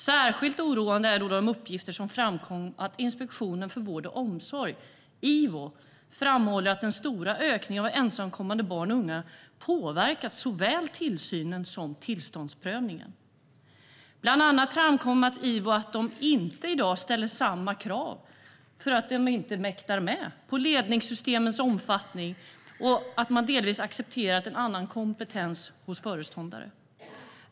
Särskilt oroande var de uppgifter som framkom från Inspektionen för vård och omsorg, Ivo, som framhåller att den stora ökningen av ensamkommande barn och unga har påverkat såväl tillsynen som tillståndsprövningen. Det framkom bland annat att Ivo i dag inte ställer samma krav på ledningssystemens omfattning och delvis har accepterat en annan kompetens hos föreståndare, detta eftersom man inte mäktar med.